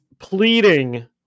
pleading